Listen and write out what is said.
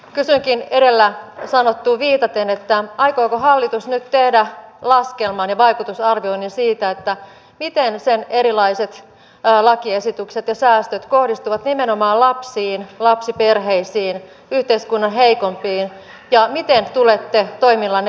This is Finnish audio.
kysynkin edellä sanottuun viitaten aikooko hallitus nyt tehdä laskelman ja vaikutusarvioinnin siitä miten sen erilaiset lakiesitykset ja säästöt kohdistuvat nimenomaan lapsiin lapsiperheisiin yhteiskunnan heikoimpiin ja miten tulette toimillanne lisäämään lapsiperheköyhyyttä